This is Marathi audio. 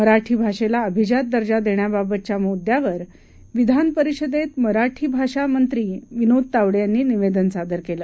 मराठी भाषेला अभिजात दर्जा देण्याबाबतच्या मुद्यावर विधान परिषदेत मराठी भाषा मंत्री विनोद तावडे यांनी निवेदन सादर केलं